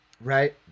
Right